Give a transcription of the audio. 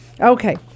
Okay